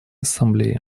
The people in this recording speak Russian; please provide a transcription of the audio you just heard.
ассамблее